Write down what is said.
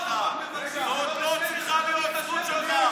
זאת לא צריכה להיות הזכות שלך.